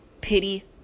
Pity